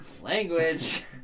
Language